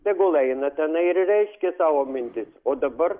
tegul eina tenai ir reiškia savo mintis o dabar